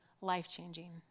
life-changing